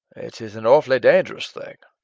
it is an awfully dangerous thing.